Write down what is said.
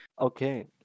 Okay